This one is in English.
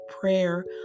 prayer